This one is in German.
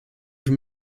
wie